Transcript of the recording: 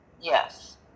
Yes